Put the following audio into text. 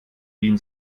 wien